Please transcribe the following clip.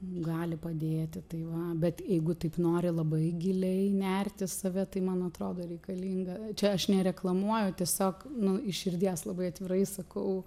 gali padėti tai va bet jeigu taip nori labai giliai nerti į save tai man atrodo reikalinga čia aš nereklamuoju tiesiog nu iš širdies labai atvirai sakau